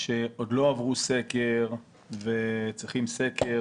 שעוד לא עברו סקר וצריכים לעבור סקר